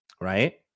Right